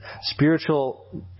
spiritual